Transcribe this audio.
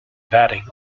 batting